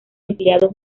empleados